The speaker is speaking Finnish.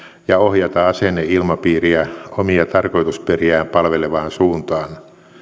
ja ohjata asenneilmapiiriä omia tarkoitusperiään palvelevaan suuntaan